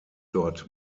dort